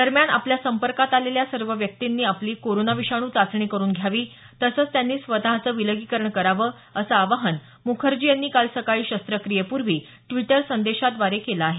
दरम्यान आपल्या संपर्कात आलेल्या सर्व व्यक्तींनी आपली कोरोना विषाणू चाचणी करून घ्यावी तसंच त्यांनी स्वतच विलगीकरणात जावं असं आवाहन मुखर्जी यांनी काल सकाळी शस्त्रक्रियेपूर्वी ड्विटर संदेशाद्वारे केलं आहे